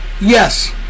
Yes